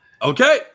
Okay